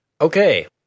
Okay